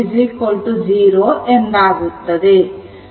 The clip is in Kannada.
2i 50 ಎಂದಾಗುತ್ತದೆ